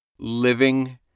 Living